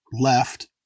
left